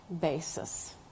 basis